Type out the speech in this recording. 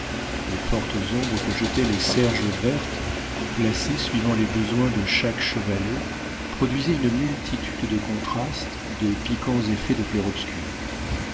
les fortes ombres que jetaient les serges vertes placées suivant les besoins de chaque chevalet produisaient une multitude de contrastes de piquants effets de clair-obscur